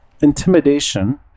intimidation